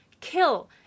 kill